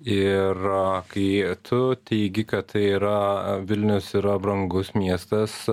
ir kai tu teigi kad yra vilnius yra brangus miestas